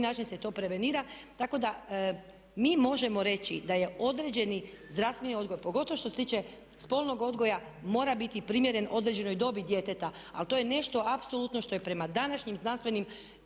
način se to prevenira. Tako da mi možemo reći da je određeni zdravstveni odgoj pogotovo što se tiče spolnog odgoja mora biti primjeren određenoj dobi djeteta, ali to je nešto apsolutno što je prema današnjim znanstvenim